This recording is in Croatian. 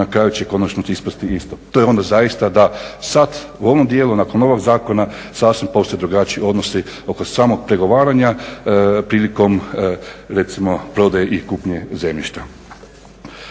na kraju će konačno ispasti isto. To je onda zaista da sad u ovom dijelu nakon ovog zakona sasvim postoje drugačiji odnosi oko samog pregovaranja prilikom recimo prodaje i kupnje zemljišta.